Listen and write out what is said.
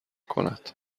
کند